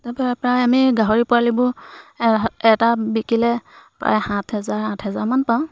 তাৰপৰা প্ৰায় আমি গাহৰি পোৱালিবোৰ এটা বিকিলে প্ৰায় সাত হেজাৰ আঠ হেজাৰমান পাওঁ